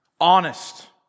honest